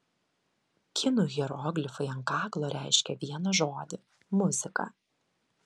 kinų hieroglifai ant kaklo reiškia vieną žodį muzika